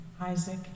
Isaac